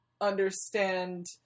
understand